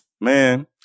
Man